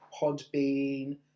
Podbean